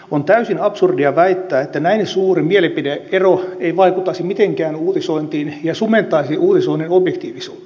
on täysin absurdia väittää että näin suuri mielipide ero ei vaikuttaisi mitenkään uutisointiin ja sumentaisi uutisoinnin objektiivisuutta